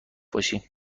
باشی